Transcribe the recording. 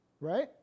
Right